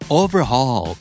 overhaul